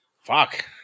Fuck